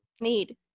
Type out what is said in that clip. need